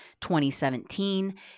2017